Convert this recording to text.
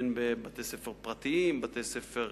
בתי-ספר פרטיים, בתי-ספר